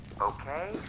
Okay